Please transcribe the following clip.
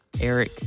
Eric